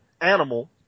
animal